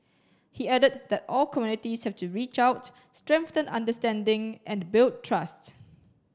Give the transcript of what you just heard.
he added that all communities have to reach out strengthen understanding and build trust